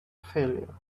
failure